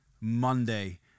Monday